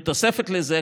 נוספת על זה,